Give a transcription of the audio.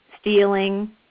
stealing